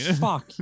Fuck